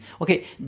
Okay